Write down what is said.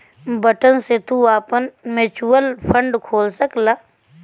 button से तू आपन म्युचुअल फ़ंड खोल सकला